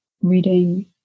reading